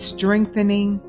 Strengthening